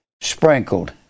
sprinkled